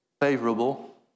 favorable